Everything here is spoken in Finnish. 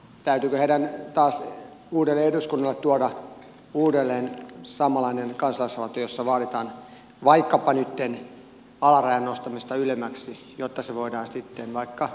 täytyykö heidän uudelle eduskunnalle tuoda uudelleen samanlainen kansalaisaloite jossa vaaditaan vaikkapa nytten alarajan nostamista ylemmäksi jotta se voidaan sitten vaikka uudelleen käsitellä